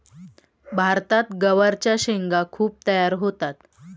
भारतात गवारच्या शेंगा खूप तयार होतात